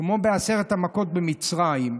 כמו בעשר המכות במצרים,